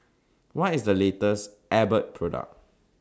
What IS The latest Abbott Product